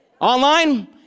online